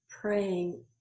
praying